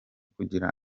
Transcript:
kugira